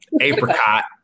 Apricot